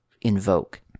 invoke